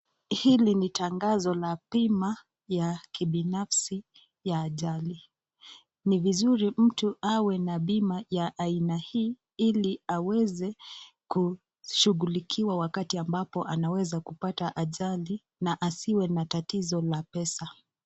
Hili ni tangazo la bima ya kibinafsi ya ajali. Ni vizuri mtu awe na bima ya aina hii ili aweze kushughulikiwa wakati ambapo anaweza kupata ajali na asiwe na tatizo la pesa.